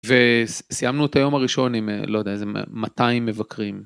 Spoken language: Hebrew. וסיימנו את היום הראשון עם, לא יודע, איזה 200 מבקרים.